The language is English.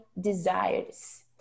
desires